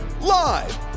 Live